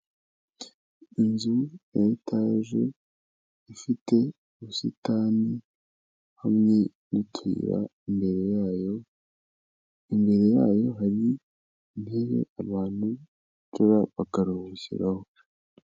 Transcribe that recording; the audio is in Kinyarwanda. Inzu ya etaje ifite ubusitani hamwe n'utuyira imbere yayo, imbere yayo hari intebe abantu bicara bakaruhukiraho.